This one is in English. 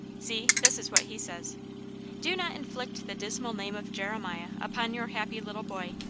see, this is what he says do not inflict the dismal name of jeremiah upon your happy little boy.